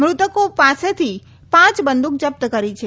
મૃતકો પાસેથી પાંચ બંદૂક જપ્ત કરી છે